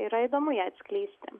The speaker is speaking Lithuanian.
yra įdomu ją atskleisti